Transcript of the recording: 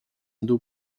indo